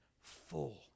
full